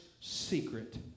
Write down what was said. secret